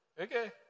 Okay